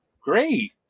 great